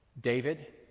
David